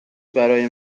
برای